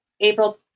April